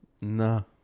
No